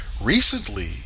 recently